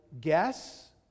guess